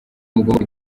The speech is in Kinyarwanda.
mugomba